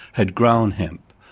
had grown hemp,